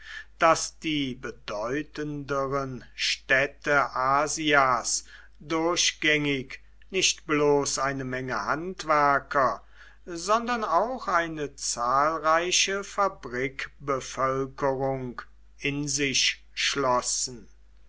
daß die bedeutenderen städte asias durchgängig nicht bloß eine menge handwerker sondern auch eine zahlreiche fabrikbevölkerung in sich schlossen